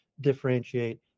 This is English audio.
differentiate